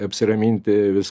apsiraminti vis